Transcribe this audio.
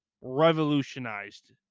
revolutionized